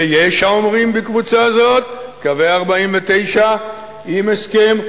ויש האומרים בקבוצה זאת: קווי 49' עם הסכם,